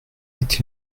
est